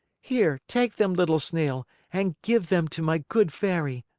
here, take them, little snail, and give them to my good fairy.